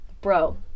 bro